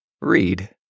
read